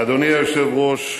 אדוני היושב-ראש,